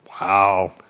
Wow